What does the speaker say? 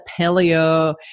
paleo